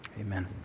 Amen